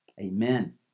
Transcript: Amen